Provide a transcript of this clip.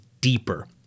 deeper